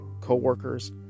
co-workers